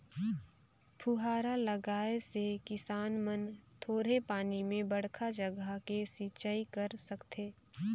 फुहारा लगाए से किसान मन थोरहें पानी में बड़खा जघा के सिंचई कर सकथें